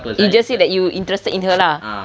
you just say that you interested in her lah